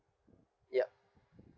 yup